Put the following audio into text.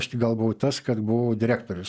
aš tik gal buvau tas kad buvau direktorius